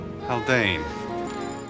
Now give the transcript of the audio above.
Haldane